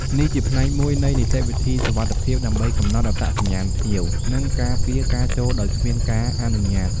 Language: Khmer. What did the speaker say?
នេះជាផ្នែកមួយនៃនីតិវិធីសុវត្ថិភាព ដើម្បីកំណត់អត្តសញ្ញាណភ្ញៀវ និងការពារការចូលដោយគ្មានការអនុញ្ញាត។